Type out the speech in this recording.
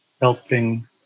helping